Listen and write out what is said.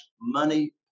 money